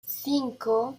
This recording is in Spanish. cinco